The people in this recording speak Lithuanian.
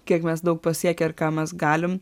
kiek mes daug pasiekę ir ką mes galim